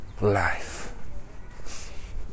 life